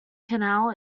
canal